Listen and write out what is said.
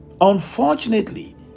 Unfortunately